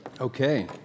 Okay